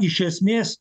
iš esmės